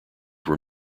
were